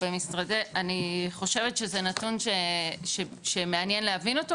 אני חושבת שזה נתון שמעניין להבין אותו,